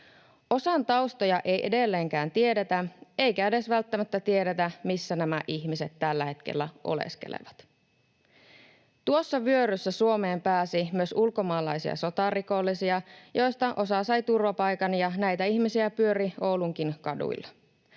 Osan taustoja ei edelleenkään tiedetä, eikä edes välttämättä tiedetä, missä nämä ihmiset tällä hetkellä oleskelevat. Tuossa vyöryssä Suomeen pääsi myös ulkomaalaisia sotarikollisia, joista osa sai turvapaikan, ja näitä ihmisiä pyöri Oulunkin kaduilla.